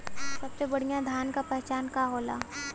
सबसे बढ़ियां धान का पहचान का होला?